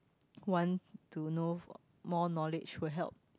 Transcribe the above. want to know more knowledge who help